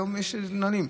היום יש נהלים.